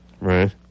right